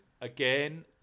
again